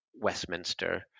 Westminster